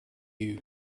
you